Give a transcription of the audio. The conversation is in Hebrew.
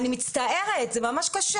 אני מצטערת, זה ממש קשה.